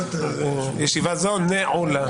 ישיבה זו נעולה.